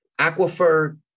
aquifer